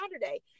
Saturday